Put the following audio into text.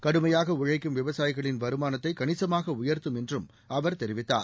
கடுமையாக உழைக்கும் விவசாயிகளின் வருமானத்தை கணிசமாக உயர்த்தும் என்றும் அவர் தெரிவித்தார்